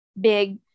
big